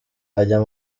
ajya